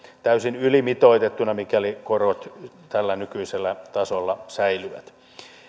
täysin ylimitoitettuna mikäli korot tällä nykyisellä tasolla säilyvät